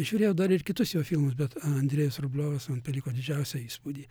žiūrėjau dar ir kitus jo filmus bet andrejus rubliovas man paliko didžiausią įspūdį